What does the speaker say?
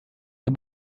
the